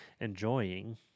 enjoying